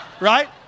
right